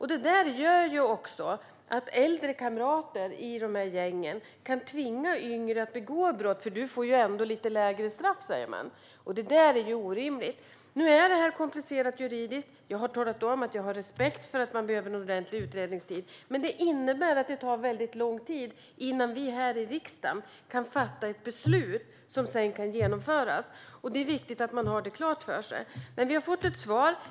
Detta gör att äldre kamrater i dessa gäng kan tvinga yngre att begå brott för att de ändå får lite lägre straff, som de säger. Detta är orimligt. Detta är komplicerat juridiskt. Jag har talat om att jag har respekt för att man behöver en ordentlig utredningstid. Men det innebär att det tar mycket lång tid innan vi här i riksdagen kan fatta ett beslut som sedan kan genomföras. Det är viktigt att man har det klart för sig. Men vi har fått ett svar.